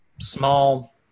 small